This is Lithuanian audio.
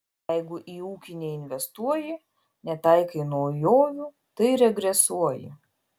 jeigu į ūkį neinvestuoji netaikai naujovių tai regresuoji